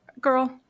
girl